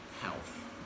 health